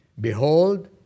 Behold